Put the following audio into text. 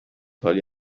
حالی